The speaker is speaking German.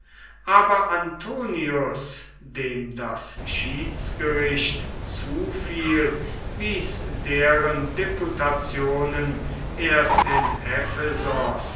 aber antonius dem das schiedsgericht zufiel wies deren deputationen erst in